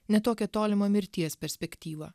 ne tokią tolimą mirties perspektyvą